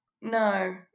no